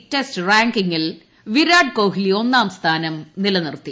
C Test റാങ്കിംഗിൽ വിരാട് കോഹ്ലി ഒന്നാം സ്ഥാനം നിലനിർത്തി